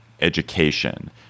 Education